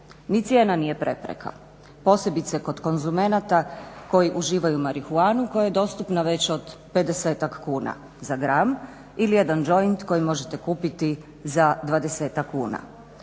ni cijena nije prepreka posebice kod konzumenata koji uživaju marihuanu koja je dostupna već od 50-ak kuna za gram ili jedan joint koji možete kupiti za 20-ak kuna.